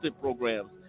programs